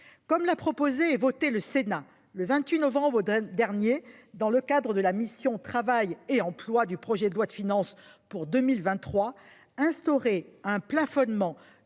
Comme l'a proposé et voté le Sénat le 28 novembre dernier dans le cadre de la mission Travail et emploi du projet de loi de finances pour 2023, instaurer un plafonnement